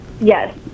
Yes